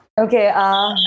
Okay